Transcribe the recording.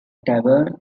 tavern